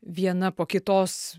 viena po kitos